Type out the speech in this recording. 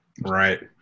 Right